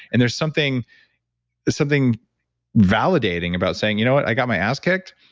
and there's something there's something validating about saying, you know what, i got my ass kicked.